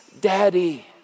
Daddy